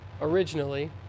originally